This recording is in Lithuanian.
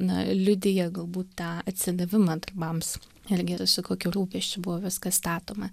na liudija galbūt tą atsidavimą darbams irgi ir su kokiu rūpesčiu buvo viskas statoma